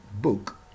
book